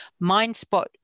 MindSpot